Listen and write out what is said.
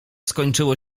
skończyło